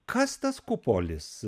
kas tas kupolis